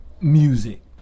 music